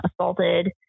assaulted